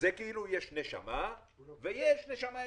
זה כאילו יש נשמה ויש נשמה יתרה.